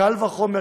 קל וחומר,